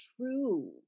true